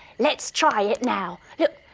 let's try it now. look,